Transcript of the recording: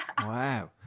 Wow